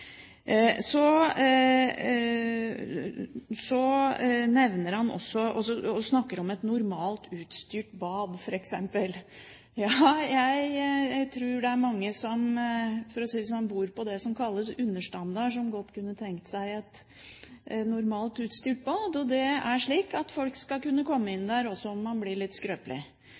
Så snakker han også om «et normalt utstyrt» bad, f.eks. Ja, jeg tror det er mange som, for å si det slik, bor på det som kalles understandard, som godt kunne tenkt seg et normalt utstyrt bad. Og det er slik at folk skal kunne komme inn der også om man blir litt